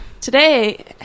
Today